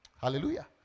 Hallelujah